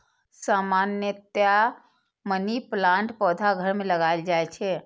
सामान्यतया मनी प्लांटक पौधा घर मे लगाएल जाइ छै